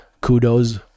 Kudos